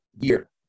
year